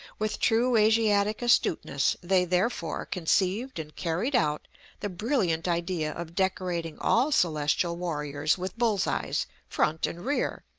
with true asiatic astuteness, they therefore conceived and carried out the brilliant idea of decorating all celestial warriors with bull's-eyes, front and rear,